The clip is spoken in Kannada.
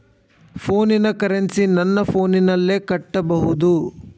ಫೋನಿನ ಕರೆನ್ಸಿ ನನ್ನ ಫೋನಿನಲ್ಲೇ ಕಟ್ಟಬಹುದು?